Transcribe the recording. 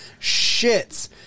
shits